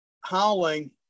howling